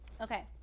Okay